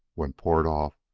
when poured off,